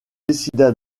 décida